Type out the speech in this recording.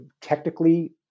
technically